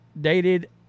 dated